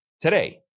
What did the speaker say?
today